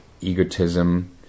egotism